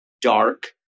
dark